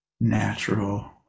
natural